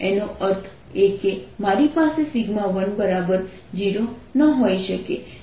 એનો અર્થ એ કે મારી પાસે 10 ન હોઈ શકે